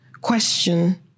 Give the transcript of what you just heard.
question